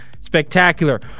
spectacular